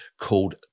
called